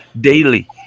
daily